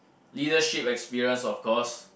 leadership experience of course